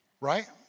right